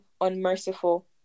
unmerciful